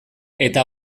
eta